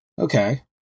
okay